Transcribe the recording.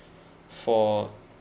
for